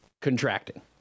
contracting